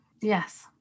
Yes